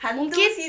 mungkin